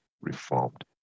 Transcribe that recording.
reformed